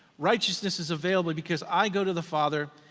righteousness is available because i go to the father,